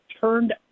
Turned